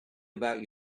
about